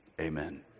amen